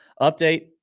update